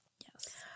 Yes